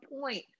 point